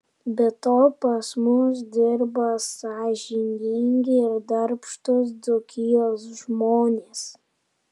be to pas mus dirba sąžiningi ir darbštūs dzūkijos žmonės